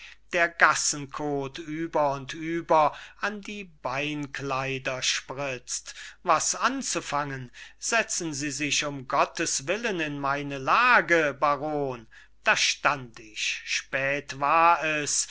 der gassenkoth über und über an die beinkleider spritzt was anzufangen setzen sie sich um gotteswillen in meine lage baron da stand ich spät war es